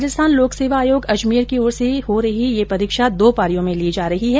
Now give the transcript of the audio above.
राजस्थान लोक सेवा आयोग अजमेर की ओर से आयोजित यह परीक्षा दो पारियों में ली जा रही है